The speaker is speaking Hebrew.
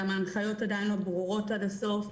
וגם ההנחיות עדיין לא ברורות עד הסוף,